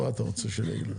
מה אתה רוצה שאני אגיד לך.